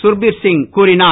சுர்பீர் சிங் கூறினார்